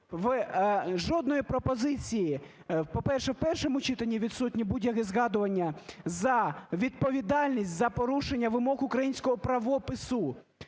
жодної пропозиції, по-перше, в першому читанні відсутнє будь-яке згадування за відповідальність за порушення вимог українського правопису,